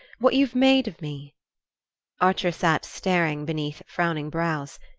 what you've made of me archer sat staring beneath frowning brows.